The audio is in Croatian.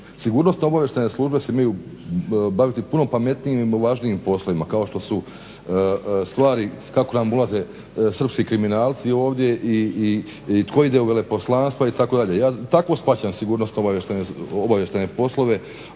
sigurnosno-obavještajne službe se imaju baviti puno pametnijim i važnijim poslovima kao što su stvari kako nam ulaze srpski kriminalci ovdje i tko ide u veleposlanstva itd. Ja tako shvaćam sigurnosno-obavještajne poslove.